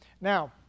Now